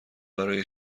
برای